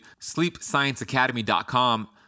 sleepscienceacademy.com